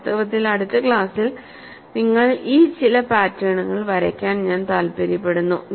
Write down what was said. വാസ്തവത്തിൽ അടുത്ത ക്ലാസ്സിൽ നിങ്ങൾ ഈ ചില പാറ്റേണുകൾ വരയ്ക്കാൻ ഞാൻ താൽപ്പര്യപ്പെടുന്നു